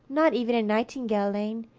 not even in nightingale lane,